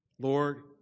Lord